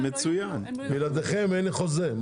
בלעדיכם אין חוזה.